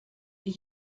die